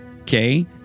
okay